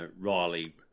Riley